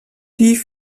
die